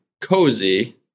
cozy